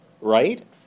Right